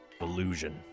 Illusion